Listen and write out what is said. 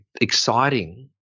exciting